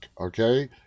Okay